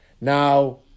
Now